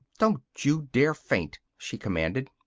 don't you dare faint! she commanded.